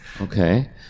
okay